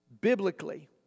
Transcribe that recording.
biblically